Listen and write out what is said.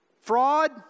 fraud